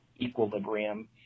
Equilibrium